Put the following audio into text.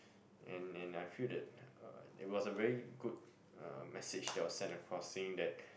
and and I feel that uh it was a very good uh message that was sent across saying that